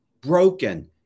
broken